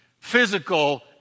physical